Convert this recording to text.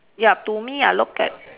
ya to me I look at